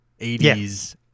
80s